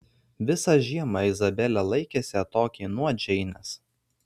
visą žiemą izabelė laikėsi atokiai nuo džeinės